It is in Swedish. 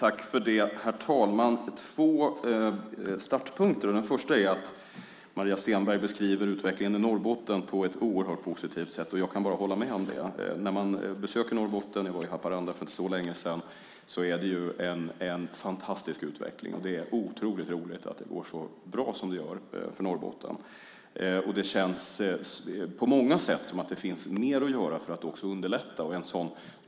Herr talman! Det finns två startpunkter. Den första är att Maria Stenberg beskriver utvecklingen i Norrbotten på ett oerhört positivt sätt. Jag kan bara hålla med om det. När man besöker Norrbotten - jag var i Haparanda för inte så länge sedan - ser man en fantastisk utveckling. Det är otroligt roligt att det går så bra som det gör för Norrbotten. Det känns på många sätt som att det finns mer att göra för att underlätta.